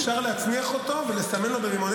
אפשר להצניח אותו ולסמן לו ברימוני